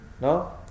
No